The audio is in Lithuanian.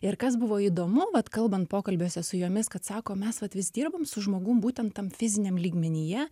ir kas buvo įdomu vat kalbant pokalbiuose su jomis kad sako mes vat vis dirbam su žmogum būtent tam fiziniam lygmenyje